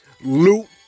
Loot